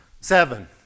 seven